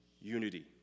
unity